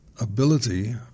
ability